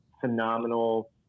phenomenal